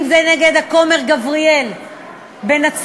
אם נגד הכומר גבריאל בנצרת,